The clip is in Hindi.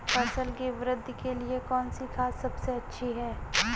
फसल की वृद्धि के लिए कौनसी खाद सबसे अच्छी है?